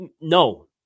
No